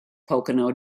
pocono